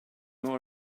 more